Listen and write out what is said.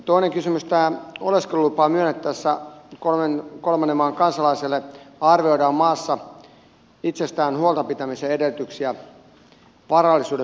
toinen kysymys on että oleskelulupaa myönnettäessä kolmannen maan kansalaiselle arvioidaan maassa itsestään huolta pitämisen edellytyksiä varallisuuden perusteella